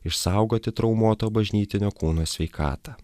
išsaugoti traumuoto bažnytinio kūno sveikatą